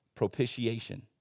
Propitiation